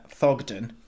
Thogden